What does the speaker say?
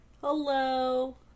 Hello